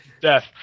death